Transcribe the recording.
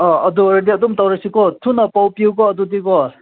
ꯑꯪ ꯑꯗꯨ ꯑꯣꯏꯔꯗꯤ ꯑꯗꯨꯝ ꯇꯧꯔꯁꯤꯀꯣ ꯊꯨꯅ ꯄꯥꯎ ꯄꯤꯌꯨꯀꯣ ꯑꯗꯨꯗꯤ ꯀꯣ